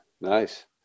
nice